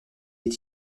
est